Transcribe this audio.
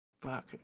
Fuck